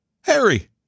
Harry